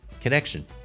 connection